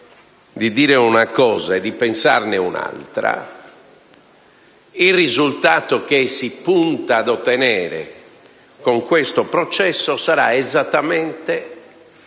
di dire una cosa e pensarne un'altra, il risultato che si punta ad ottenere con questo processo sarà esattamente il